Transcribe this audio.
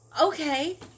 Okay